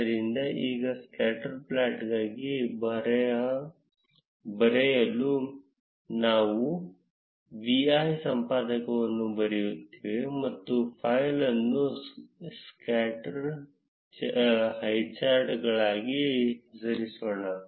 ಆದ್ದರಿಂದ ಈಗ ಸ್ಕ್ಯಾಟರ್ ಪ್ಲಾಟ್ಗಾಗಿ ಬರಹ ಬರೆಯಲು ನಾವು vi ಸಂಪಾದಕವನ್ನು ಬರೆಯುತ್ತೇವೆ ಮತ್ತು ಫೈಲ್ ಅನ್ನು ಸ್ಕ್ಯಾಟರ್ ಹೈಚಾರ್ಟ್ಗಳಾಗಿ ಹೆಸರಿಸೋಣ